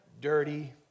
dirty